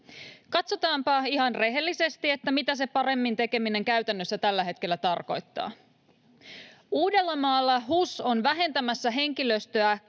Katsotaanpa ihan rehellisesti, mitä se paremmin tekeminen käytännössä tällä hetkellä tarkoittaa: Uudellamaalla HUS on vähentämässä henkilöstöä